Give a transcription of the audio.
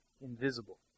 invisible